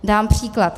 Dám příklad.